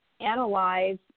analyze